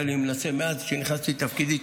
לי ואני מנסה מאז שנכנסתי לתפקידי.